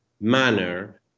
manner